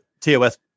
TOS